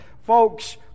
folks